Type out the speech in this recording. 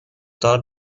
دار